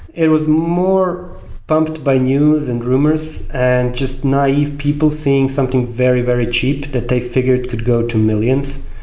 it was more pumped by news and rumors and just naive people seeing something very, very cheap that they figured could go to millions,